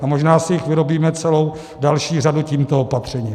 A možná si jich vyrobíme celou další řadu tímto opatřením.